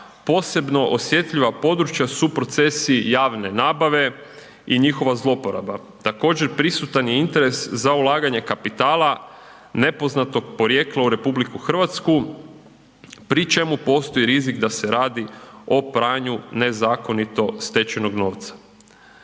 posebno osjetljiva područja su procesi javne nabave i njihova zlouporaba, također prisutan je i interes za ulaganje kapitala nepoznatog porijekla u Republiku Hrvatsku pri čemu postoji rizik da se radi o pranju nezakonito stečenog novca,